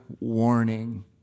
warning